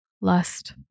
lust